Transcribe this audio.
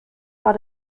war